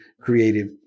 creative